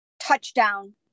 touchdown